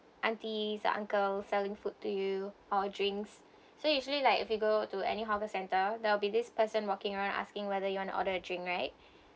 aunties uncle selling food to you or drinks so usually like if you go to any hawker centre there will be this person walking around asking whether you want to order a drink right